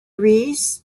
reyes